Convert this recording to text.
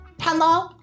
Hello